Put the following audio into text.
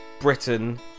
Britain